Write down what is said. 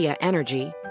energy